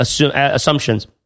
assumptions